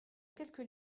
quelques